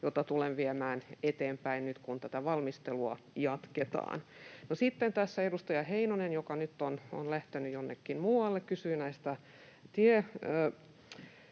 jota tulen viemään eteenpäin nyt, kun tätä valmistelua jatketaan. Sitten tässä edustaja Heinonen — joka on nyt lähtenyt jonnekin muualle — kysyi